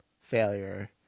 failure